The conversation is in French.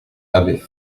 avaient